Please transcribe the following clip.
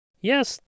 Yes